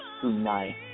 tonight